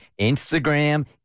Instagram